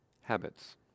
Habits